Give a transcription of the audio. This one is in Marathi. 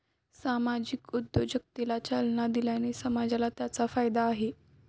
सामाजिक उद्योजकतेला चालना दिल्याने समाजाला त्याचा फायदा आहे